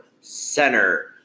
Center